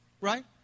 right